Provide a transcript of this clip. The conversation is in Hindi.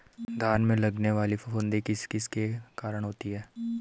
धान में लगने वाली फफूंदी किस किस के कारण होती है?